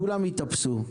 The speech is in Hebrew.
כולם יתאפסו.